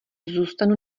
zůstanu